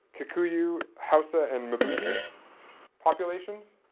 kikuyu, hausa and mbuti populations.